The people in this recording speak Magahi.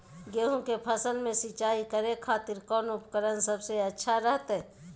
गेहूं के फसल में सिंचाई करे खातिर कौन उपकरण सबसे अच्छा रहतय?